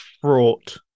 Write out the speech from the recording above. fraught